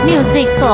Music